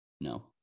No